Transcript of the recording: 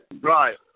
Right